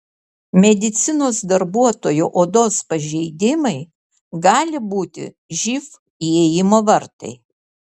medicinos darbuotojo odos pažeidimai gali būti živ įėjimo vartai